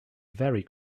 very